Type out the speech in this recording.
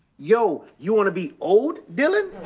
yo, you want to be old dylan?